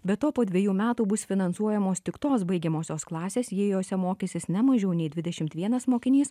be to po dvejų metų bus finansuojamos tik tos baigiamosios klasės jei jose mokysis ne mažiau nei dvidešimt vienas mokinys